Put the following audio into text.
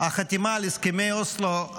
החתימה על הסכמי אוסלו,